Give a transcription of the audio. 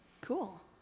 Cool